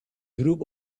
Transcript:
group